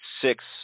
six